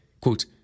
Quote